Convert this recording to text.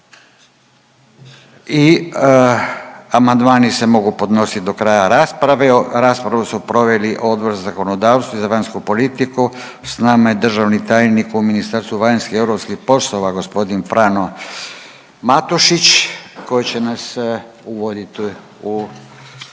Amandmani se mogu podnositi do kraja rasprave. Raspravu su proveli Odbor za zakonodavstvo i za vanjsku politiku. Sa nama je državni tajnik u Ministarstvu vanjskih i europskih poslova gospodin Frano Matušić koji će nas uvoditi u